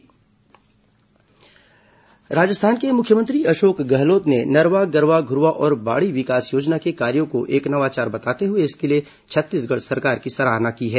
गहलोत रायपुर दौरा राजस्थान के मुख्यमंत्री अशोक गहलोत ने नरवा गरूवा घुरूवा और बाड़ी विकास योजना के कार्यो को एक नवाचार बताते हये इसके लिए छत्तीसगढ़ सरकार की सराहना की है